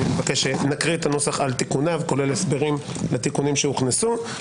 אני מבקש שנקריא את הנוסח על תיקוניו כולל הסברים לתיקונים שהוכנסו,